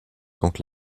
quand